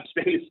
space